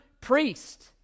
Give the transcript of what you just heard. priest